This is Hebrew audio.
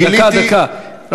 דקה, דקה.